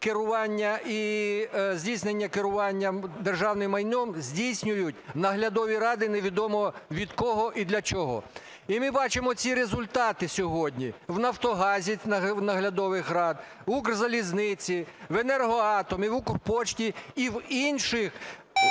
керування і здійснення керування державним майном – здійснюють наглядові ради невідомо від кого і для чого. І ми бачимо ці результати сьогодні в Нафтогазі наглядових рад, в Укрзалізниці, в Енергоатомі, в Укрпошті і в інших